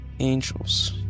Angels